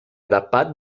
dapat